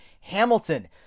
Hamilton